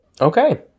Okay